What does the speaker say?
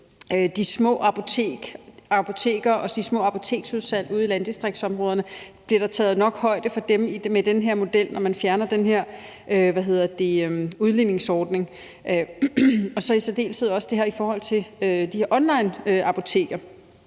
de små apoteker og de små apoteksudsalg ude i landdistriktsområderne, nemlig om der bliver taget nok højde for dem med den her model, når man fjerner den her udligningsordning. Og det gælder i særdeleshed også i forhold til de her onlineapoteker.